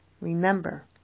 Remember